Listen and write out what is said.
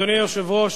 אדוני היושב-ראש,